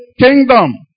kingdom